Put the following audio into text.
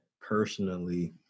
personally